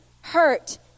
hurt